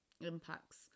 impacts